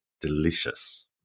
delicious